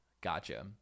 Gotcha